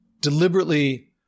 deliberately